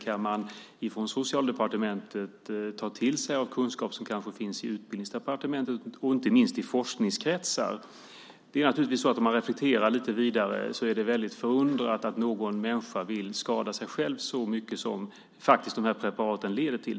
Kan man från Socialdepartementet ta till sig kunskap som kanske finns i Utbildningsdepartementet och inte minst i forskningskretsar? Om man reflekterar lite vidare är det naturligtvis väldigt förundrande att någon människa vill skada sig själv så mycket som de här preparaten faktiskt leder till.